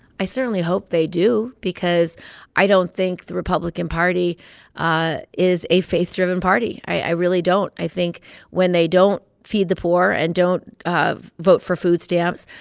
i certainly hope they do because i don't think the republican party ah is a faith-driven party. i really don't. i think when they don't feed the poor and don't vote for food stamps,